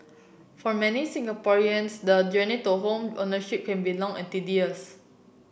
for many Singaporeans the journey to home ownership can be long and tedious